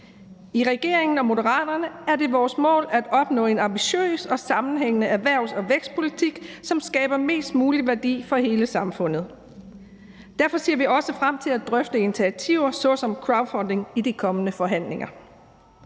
I regeringen og i Moderaterne er det vores mål at opnå en ambitiøs og sammenhængende erhvervs- og vækstpolitik, som skaber mest mulig værdi for hele samfundet. Derfor ser vi også frem til at drøfte initiativer såsom crowdfunding i de kommende forhandlinger.